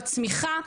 בצמיחה,